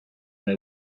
they